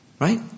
Right